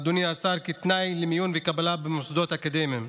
אדוני השר, כתנאי למיון וקבלה במוסדות אקדמיים.